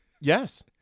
Yes